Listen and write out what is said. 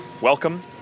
Welcome